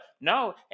No